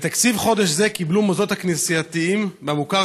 בתקציב חודש זה קיבלו מוסדות כנסייתיים של המוכר